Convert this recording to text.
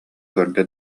көрдө